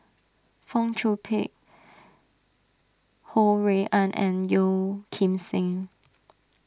Fong Chong Pik Ho Rui An and Yeo Kim Seng